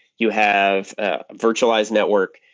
you have a virtualized network,